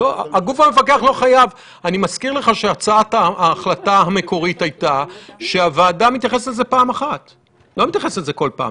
אני לא מצליחה להבין למה לא לפתוח את כל קשת האפשרויות למי